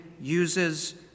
uses